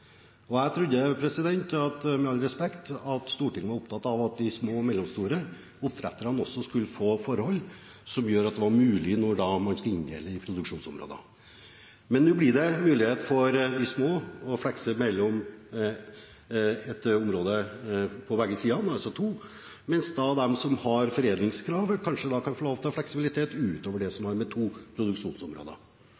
Og jeg trodde, med all respekt, at Stortinget var opptatt av at de små og mellomstore oppdretterne også skulle få forhold som gjorde det mulig når man skulle inndele i produksjonsområder. Nå blir det mulig for de små å flekse mellom et område på begge sider, altså to, mens de som har foredlingskrav, kanskje kan få lov til å ha fleksibilitet utover to produksjonsområder. Min oppfordring er selvfølgelig, og vi ser det